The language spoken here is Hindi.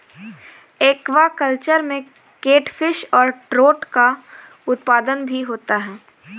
एक्वाकल्चर में केटफिश और ट्रोट का उत्पादन भी होता है